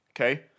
okay